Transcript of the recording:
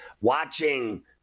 watching